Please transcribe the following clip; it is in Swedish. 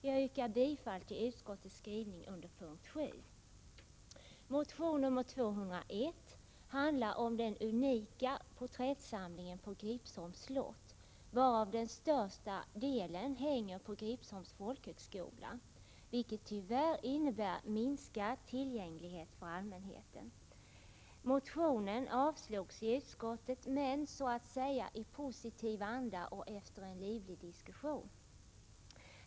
Jag yrkar bifall till utskottets skrivning under punkt 7. Motion nr 201 handlar om den unika porträttsamlingen på Gripsholms slott, varav den största delen hänger på Gripsholms folkhögskola, vilket tyvärr innebär minskad tillgänglighet för allmänheten. Motionen avstyrktes i utskottet men ”i positiv anda” och efter en livlig diskussion.